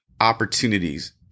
opportunities